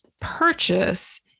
purchase